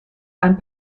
ein